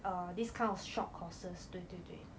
err this kind of short courses 对对对